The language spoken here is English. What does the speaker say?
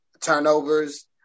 turnovers –